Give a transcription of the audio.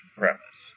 premise